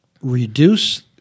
reduce